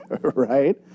Right